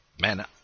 Man